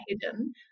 hidden